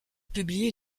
publié